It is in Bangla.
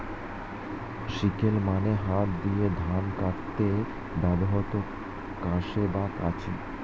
সিকেল মানে হাত দিয়ে ধান কাটতে ব্যবহৃত কাস্তে বা কাঁচি